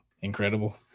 incredible